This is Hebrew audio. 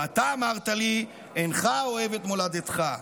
ואתה אמרת לי: אינך אוהב את מולדתך.